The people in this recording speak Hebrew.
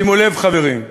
שימו לב, חברים,